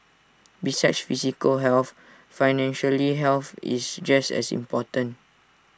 besides physical health financial health is just as important